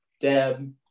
Deb